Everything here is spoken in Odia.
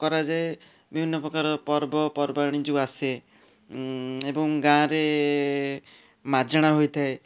କରାଯାଏ ବିଭିନ୍ନ ପ୍ରକାର ପର୍ବପର୍ବାଣୀ ଯେଉଁ ଆସେ ଏବଂ ଗାଁରେ ମାଝେଣା ହୋଇଥାଏ